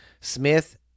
Smith